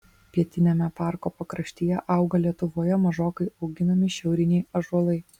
pietiniame parko pakraštyje auga lietuvoje mažokai auginami šiauriniai ąžuolai